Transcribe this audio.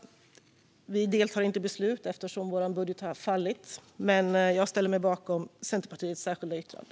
Vi deltar inte i beslutet, eftersom vår budget har fallit, men jag ställer mig bakom Centerpartiets särskilda yttrande.